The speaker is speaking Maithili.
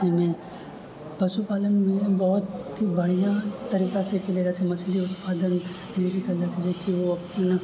पशुपालनमे बहुत बढ़िआँ तरीकासँ कएलऽ जाइ छै मछली उत्पादन कएलऽ जाइ छै जेकि ओ अपना